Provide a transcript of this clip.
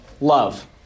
love